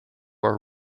are